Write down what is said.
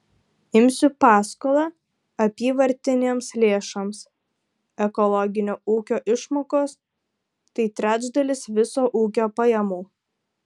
imsiu paskolą apyvartinėms lėšoms ekologinio ūkio išmokos tai trečdalis viso ūkio pajamų